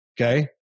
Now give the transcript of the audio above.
Okay